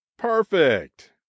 Perfect